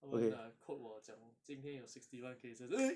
他们的 quote 我讲今天有 sixty one cases